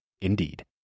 Indeed